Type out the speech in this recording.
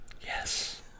Yes